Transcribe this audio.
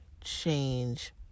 change